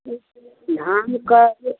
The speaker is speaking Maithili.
धानके